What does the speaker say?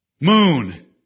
Moon